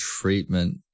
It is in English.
treatment